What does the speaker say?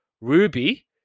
Ruby